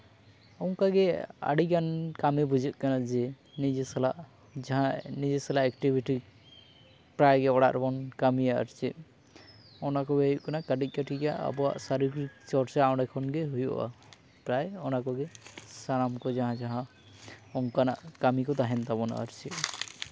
ᱚᱱᱠᱟᱜᱮ ᱟᱹᱰᱤᱜᱟᱱ ᱠᱟᱹᱢᱤ ᱵᱩᱡᱷᱟᱹᱜ ᱠᱟᱱᱟ ᱡᱮ ᱱᱤᱡᱮ ᱥᱟᱞᱟᱜ ᱡᱟᱦᱟᱸ ᱱᱤᱡᱮ ᱥᱟᱞᱟᱜ ᱮᱠᱴᱤᱵᱷᱮᱴᱤ ᱯᱨᱟᱭᱜᱮ ᱚᱲᱟᱜ ᱨᱮᱵᱚᱱ ᱠᱟᱹᱢᱤᱭᱟ ᱟᱨ ᱪᱮᱫ ᱚᱱᱟ ᱠᱚᱜᱮ ᱦᱩᱭᱩᱜ ᱠᱟᱱᱟ ᱠᱟᱹᱴᱤᱪ ᱠᱟᱹᱴᱤᱪ ᱟᱜ ᱟᱵᱚᱣᱟᱜ ᱥᱟᱨᱤᱨᱤᱠ ᱪᱚᱨᱪᱟ ᱚᱸᱰᱮ ᱠᱷᱚᱱᱜᱮ ᱦᱩᱭᱩᱜᱼᱟ ᱯᱨᱟᱭ ᱚᱱᱟ ᱠᱚᱜᱮ ᱥᱟᱱᱟᱢ ᱠᱚ ᱡᱟᱦᱟᱸ ᱡᱟᱦᱟᱸ ᱚᱱᱠᱟᱱᱟᱜ ᱠᱟᱹᱢᱤ ᱠᱚ ᱛᱟᱦᱮᱱ ᱛᱟᱵᱚᱱᱟ ᱟᱨ ᱪᱮᱫ